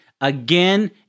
again